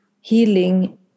healing